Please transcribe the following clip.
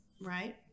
right